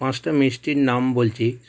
পাঁচটা মিষ্টির নাম বলছি